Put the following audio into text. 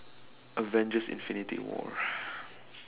avengers infinity war